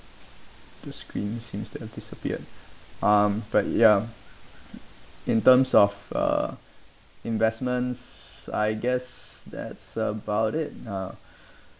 the screen seems to have disappeared um but ya in terms of uh investments I guess that's about it ah